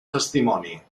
testimoni